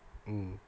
mm